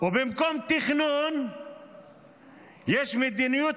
במקום תכנון יש מדיניות